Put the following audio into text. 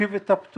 להרחיב את הפטור,